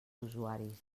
usuaris